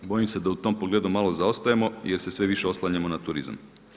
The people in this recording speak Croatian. Bojim se da u tom pogledu malo zaostajemo, jer se sve više oslanjamo na turizam.